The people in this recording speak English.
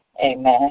Amen